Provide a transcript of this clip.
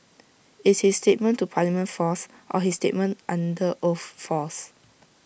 is his statement to parliament false or his statement under oath false